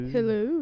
Hello